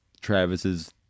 Travis's